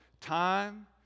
time